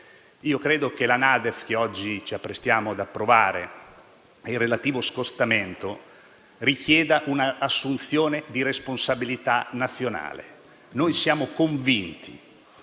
Presidente, la NADEF che oggi ci apprestiamo ad approvare e il relativo scostamento richiedono una assunzione di responsabilità nazionale. Noi siamo convinti